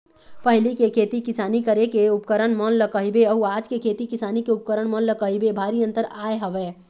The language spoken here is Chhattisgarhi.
पहिली के खेती किसानी करे के उपकरन मन ल कहिबे अउ आज के खेती किसानी के उपकरन मन ल कहिबे भारी अंतर आय हवय